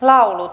laulut